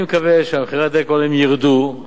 אני מקווה שמחירי הדלק העולמיים ירדו.